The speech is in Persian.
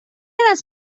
است